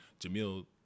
Jamil